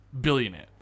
billionaire